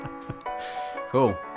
Cool